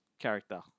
character